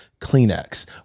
Kleenex